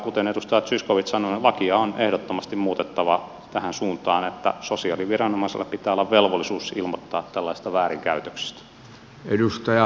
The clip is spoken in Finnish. kuten edustaja zyskowicz sanoi lakia on ehdottomasti muutettava tähän suuntaan että sosiaaliviranomaisella pitää olla velvollisuus ilmoittaa tällaisesta väärinkäytöksestä